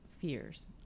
fears